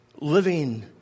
living